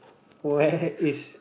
where is